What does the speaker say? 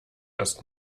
erst